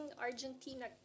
Argentina